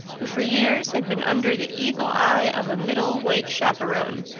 who for years had been under the eagle eye of a middle-weight chaperon,